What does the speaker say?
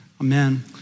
Amen